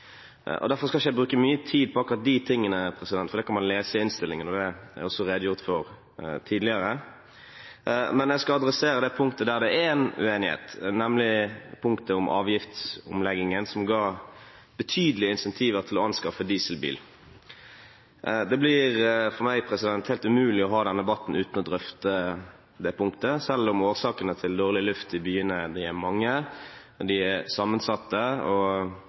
løsningsforslagene. Derfor skal jeg ikke bruke mye tid på akkurat de tingene, for det kan man lese i innstillingen, og det er også redegjort for tidligere. Men jeg skal adressere det punktet der det er en uenighet, nemlig punktet om avgiftsomleggingen som ga betydelige incentiver til å anskaffe dieselbil. Det blir for meg helt umulig å ha denne debatten uten å drøfte det punktet, selv om årsakene til dårlig luft i byene er mange og sammensatte, og